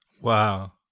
Wow